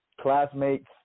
classmates